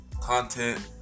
content